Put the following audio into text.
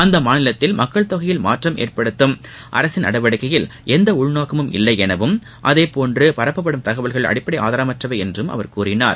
அந்த மாநிலத்தில் மக்கள் தொகையில் மாற்றம் ஏற்படுத்தும் அரசின் நடவடிக்கையில் எந்த உள்நோக்கமும் இல்லை எனவும் அதுபோன்று பரப்பப்படும் தகவல்கள் அடிப்படை ஆதரமற்றது என்றும் அவர் கூறினார்